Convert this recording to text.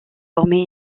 former